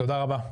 תודה רבה.